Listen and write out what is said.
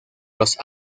los